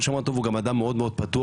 כל שמרן טוב הוא גם אדם מאוד פתוח,